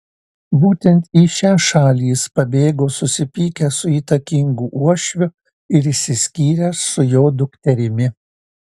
būtent į šią šalį jis pabėgo susipykęs su įtakingu uošviu ir išsiskyręs su jo dukterimi